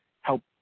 help